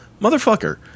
Motherfucker